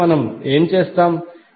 కాబట్టి మనము ఏమి చేస్తాము